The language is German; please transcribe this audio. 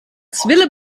zwille